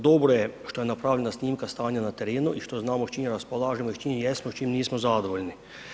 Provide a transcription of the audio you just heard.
Dobro je što je napravljena snimka stanja na terenu i što znamo s čime raspolažemo i s čime jesmo, s čime nismo zadovoljni.